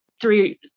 three